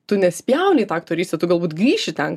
tu nespjauni į tą aktorystę tu galbūt grįši ten